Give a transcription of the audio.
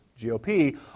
GOP